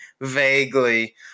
vaguely